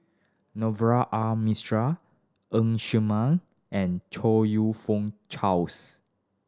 Navroji R Mistri Ng Ser Miang and Chong You Fook Charles